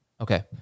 Okay